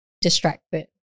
distracted